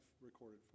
recorded